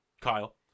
Kyle